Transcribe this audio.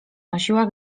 nosiła